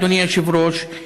אדוני היושב-ראש,